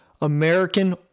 American